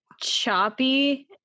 choppy